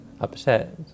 upset